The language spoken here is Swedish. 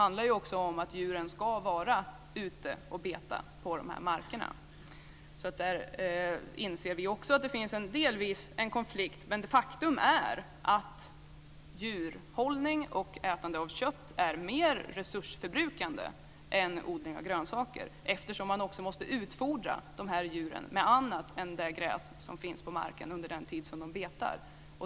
Det är ju också så att djuren ska vara ute och beta på de här markerna. Också vi inser att det här delvis finns en konflikt. Men faktum är att djurhållning och ätande av kött är mer resursförbrukande än odling av grönsaker, eftersom man också måste utfordra köttdjuren med annat än det gräs som finns på marken under den tid som de betar.